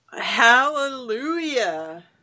Hallelujah